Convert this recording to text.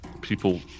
people